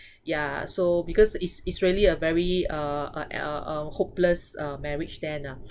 yeah so because it's it's really a very uh uh uh uh hopeless uh marriage then ah